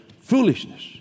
Foolishness